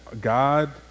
God